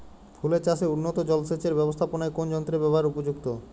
ফুলের চাষে উন্নত জলসেচ এর ব্যাবস্থাপনায় কোন যন্ত্রের ব্যবহার উপযুক্ত?